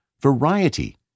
variety